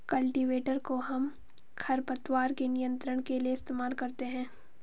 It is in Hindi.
कल्टीवेटर कोहम खरपतवार के नियंत्रण के लिए इस्तेमाल करते हैं